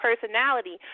personality